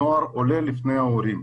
נוער עולה לפני ההורים.